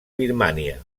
birmània